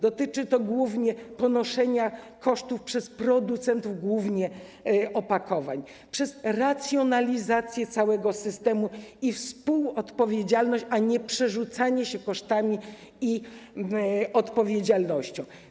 Dotyczy to ponoszenia kosztów przez producentów głównie opakowań przez racjonalizację całego systemu i współodpowiedzialność, a nie przerzucanie się kosztami i odpowiedzialnością.